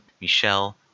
michelle